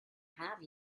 have